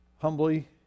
humbly